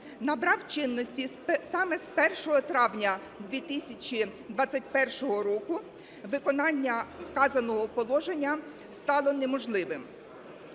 набрав чинності саме з 1 травня 2021 року, виконання вказаного положення стало неможливим.